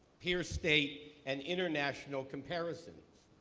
peer state, and international comparisons.